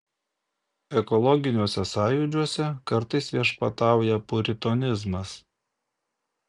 ekologiniuose sąjūdžiuose kartais viešpatauja puritonizmas